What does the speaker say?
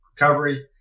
recovery